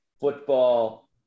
football